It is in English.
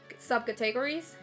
subcategories